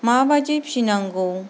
माबायदि फिसिनांगौ